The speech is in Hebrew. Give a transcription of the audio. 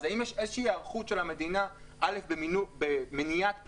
אז האם יש איזושהי היערכות של המדינה א' במניעת פינויים,